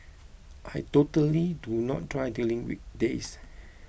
I totally do not drive during weekdays